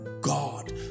God